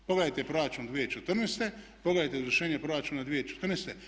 Pogledajte proračun 2014., pogledajte izvršenje proračuna 2014.